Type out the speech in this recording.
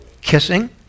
kissing